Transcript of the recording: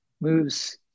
moves